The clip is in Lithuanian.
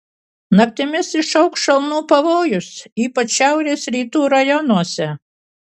naktimis išaugs šalnų pavojus ypač šiaurės rytų rajonuose